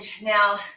now